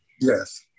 Yes